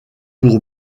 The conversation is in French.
pour